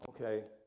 Okay